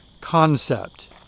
concept